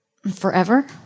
forever